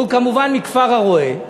שהוא כמובן מכפר-הרא"ה,